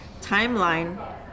Timeline